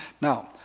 Now